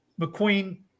mcqueen